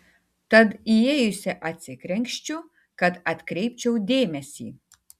tad įėjusi atsikrenkščiu kad atkreipčiau dėmesį